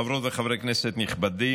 חברות וחברי כנסת נכבדים,